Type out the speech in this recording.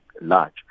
large